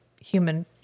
human